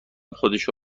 خودشو